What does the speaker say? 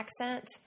accent